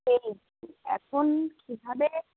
সেই এখন কিভাবে